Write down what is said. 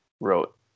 wrote